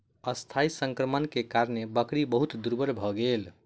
अस्थायी संक्रमणक कारणेँ बकरी बहुत दुर्बल भ गेल